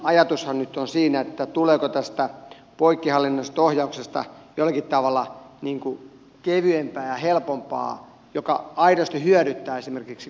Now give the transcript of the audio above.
mutta ydinajatushan nyt on siinä tuleeko tästä poikkihallinnollisesta ohjauksesta jollakin tavalla kevyempää ja helpompaa mikä aidosti hyödyttää esimerkiksi kuntia